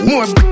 More